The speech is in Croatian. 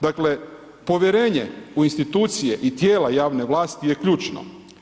Dakle, povjerenje u institucije i tijela javne vlasti je ključno.